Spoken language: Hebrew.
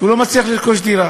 הוא לא מצליח לרכוש דירה.